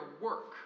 work